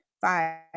Five